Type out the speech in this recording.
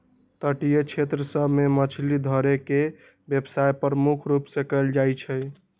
तटीय क्षेत्र सभ में मछरी धरे के व्यवसाय प्रमुख रूप से कएल जाइ छइ